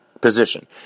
position